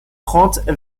trente